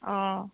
অ